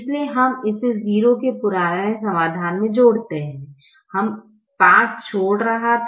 इसलिए हम इसे 0 के पुराने समाधान में जोड़ते हैं हम 5 छोड़ रहा था